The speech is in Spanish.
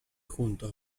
junto